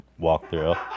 walkthrough